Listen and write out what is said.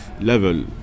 level